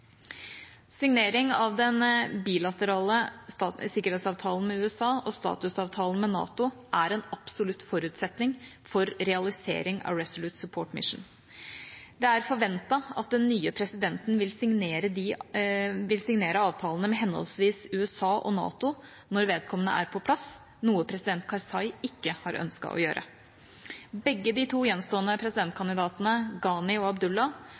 Signering av den bilaterale sikkerhetsavtalen med USA og statusavtalen med NATO er en absolutt forutsetning for realisering av Resolute Support mission. Det er forventet at den nye presidenten vil signere avtalene med henholdsvis USA og NATO når vedkommende er på plass – noe president Karzai ikke har ønsket å gjøre. Begge de to gjenstående presidentkandidatene, Ghani og